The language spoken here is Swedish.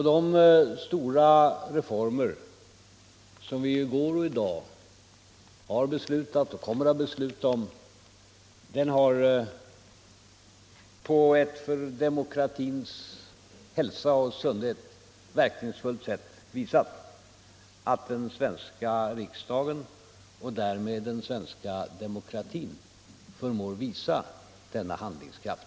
De stora reformer som vi i dag beslutat om och kommer att besluta om har på ett för demokratins hälsa och sundhet verkningsfullt sätt visat att den svenska riksdagen och därmed den svenska demokratin har denna handlingskraft.